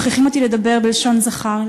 מכריחים אותי לדבר בלשון זכר,